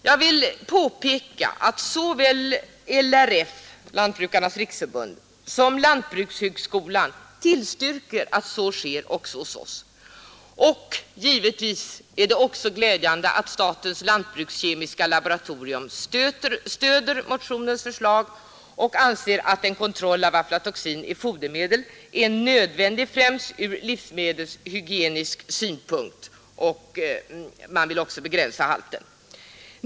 Jag vill påpeka att såväl Lantbrukarnas riksförbund, LRF, som lantbrukshögskolan tillstyrker att så sker även hos oss. Givetvis är det också glädjande att statens lantbrukskemiska laboratorium stöder motionens förslag om en kontroll av aflatoxin i fodermedel och anser att en sådan är nödvändig främst ur livsmedelshygienisk synpunkt samt att den tillåtna halten härav bör begränsas.